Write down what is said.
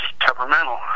temperamental